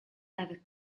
ever